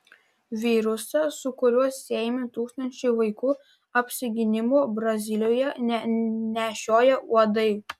virusą su kuriuo siejami tūkstančiai vaikų apsigimimų brazilijoje nešioja uodai